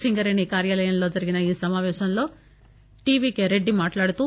సింగరేణి కార్యాలయంలో జరిగిన ఈ సమాపేశంలో రెడ్డి మాట్లాడుతూ